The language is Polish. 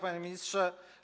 Panie Ministrze!